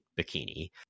bikini